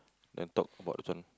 then talk about this one